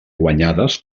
guanyades